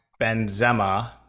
Benzema